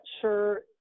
sure